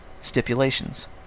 Stipulations